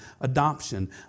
adoption